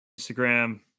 Instagram